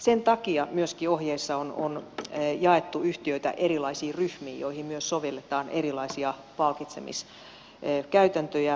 sen takia ohjeissa on myöskin jaettu yhtiöitä erilaisiin ryhmiin joihin myös sovelletaan erilaisia palkitsemiskäytäntöjä